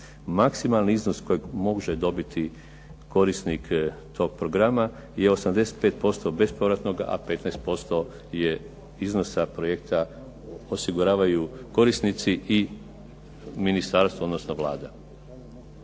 Maksimalan iznos kojeg može dobiti korisnik tog programa je 85% bespovratnog a 15% je iznosa projekta osiguravaju korisnici i ministarstvo odnosno Vlada.